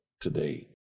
today